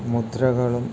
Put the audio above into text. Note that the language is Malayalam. മുദ്രകളും